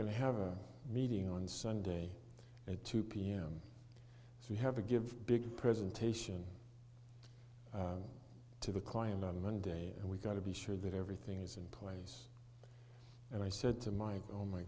going to have a meeting on sunday at two pm so we have to give big presentation to the client on monday and we've got to be sure that everything is in place and i said to my oh my